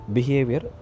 Behavior